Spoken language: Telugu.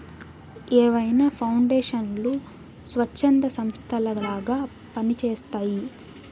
ఏవైనా పౌండేషన్లు స్వచ్ఛంద సంస్థలలాగా పని చేస్తయ్యి